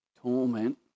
Torment